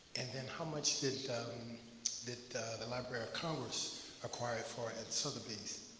and then how much did the the library of congress acquire it for at sotheby's?